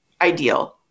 ideal